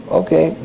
okay